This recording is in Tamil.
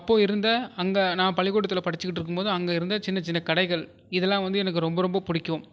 அப்போது இருந்த அங்கே நான் பள்ளிக்கூடத்தில் படிச்சிகிட்ருக்கும்போது அங்கே இருந்த சின்ன சின்ன கடைகள் இதலாம் வந்து எனக்கு ரொம்ப ரொம்ப பிடிக்கும்